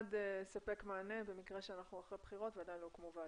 נועד לספק מענה במקרה שאנחנו אחרי בחירות ועדיין לא הוקמו ועדות.